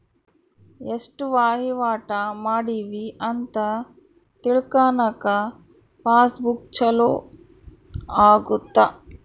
ಎಸ್ಟ ವಹಿವಾಟ ಮಾಡಿವಿ ಅಂತ ತಿಳ್ಕನಾಕ ಪಾಸ್ ಬುಕ್ ಚೊಲೊ ಅಗುತ್ತ